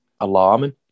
alarming